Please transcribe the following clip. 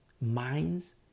minds